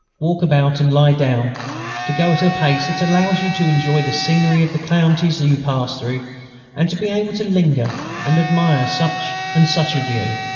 walk about and lie down to go at a pace that allows you to enjoy the scenery of the countries you pass through and to be able to linger and admire such and such a view,